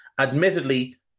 admittedly